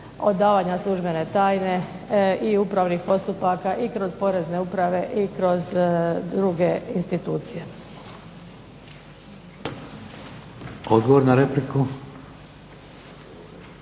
odavanja službene tajne i upravnih postupaka i kroz porezne uprave i kroz druge institucije. **Šeks,